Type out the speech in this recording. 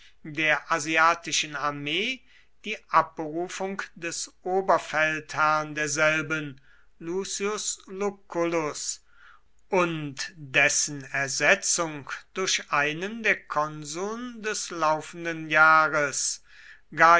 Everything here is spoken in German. der asiatischen armee die abberufung des oberfeldherrn derselben lucius lucullus und dessen ersetzung durch einen der konsuln des laufenden jahres